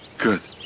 good